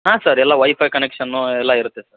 ಹಾಂ ಸರ್ ಎಲ್ಲ WiFi ಕನೆಕ್ಷನ್ನು ಎಲ್ಲ ಇರುತ್ತೆ ಸರ್